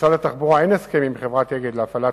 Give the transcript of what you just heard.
למשרד התחבורה אין הסכם עם חברת "אגד" להפעלת